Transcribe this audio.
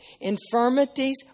Infirmities